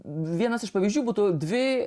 vienas iš pavyzdžių būtų dvi